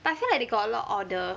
I feel like they got a lot order